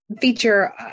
feature